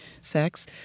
sex